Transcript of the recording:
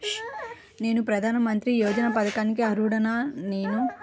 నేను ప్రధాని మంత్రి యోజన పథకానికి అర్హుడ నేన?